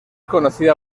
conocida